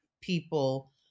people